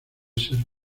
ser